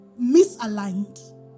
misaligned